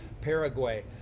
Paraguay